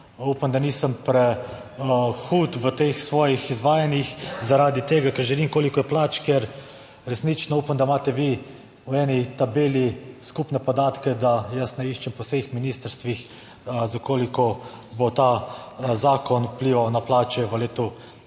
Upam, da nisem hud v teh svojih izvajanjih zaradi tega, ker želim koliko je plač, ker resnično upam, da imate vi v eni tabeli skupne podatke, da jaz ne iščem po vseh ministrstvih za koliko bo ta zakon vplival na plače v letu